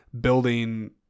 building